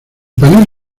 panel